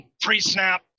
pre-snap